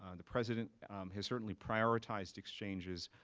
um the president has certainly prioritized exchanges,